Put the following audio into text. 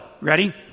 ready